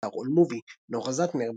באתר AllMovie נורה זהטנר,